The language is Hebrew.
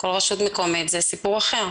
כל רשות מקומית זה סיפור אחר.